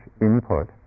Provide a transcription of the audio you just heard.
input